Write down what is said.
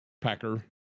packer